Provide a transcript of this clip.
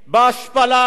בהשפלה,